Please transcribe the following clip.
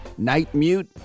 Nightmute